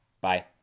bye